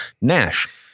Nash